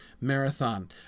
marathon